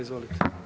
Izvolite.